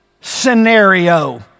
scenario